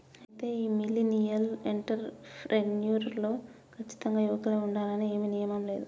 అయితే ఈ millennial entrepreneur లో కచ్చితంగా యువకులే ఉండాలని ఏమీ నియమం లేదు